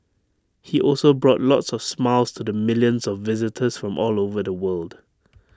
he also brought lots of smiles to the millions of visitors from all over the world